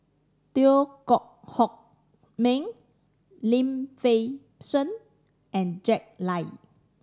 Teo Koh Hock Miang Lim Fei Shen and Jack Lai